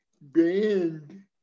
Band